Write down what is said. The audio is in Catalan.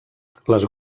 les